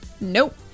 Nope